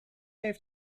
heeft